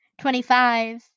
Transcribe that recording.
Twenty-five